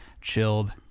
chilled